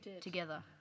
together